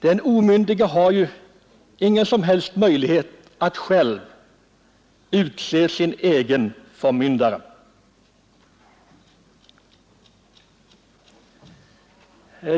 Den omyndige har ingen som helst möjlighet att själv utse sin egen förmyndare.